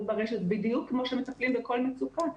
ברשת בדיוק כמו שמטפלים בכל מצוקה.